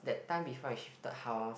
that time before I shifted house